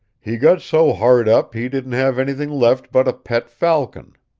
he got so hard up he didn't have anything left but a pet falcon.